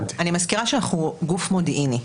אני מזכירה שאנחנו גוף מודיעיני.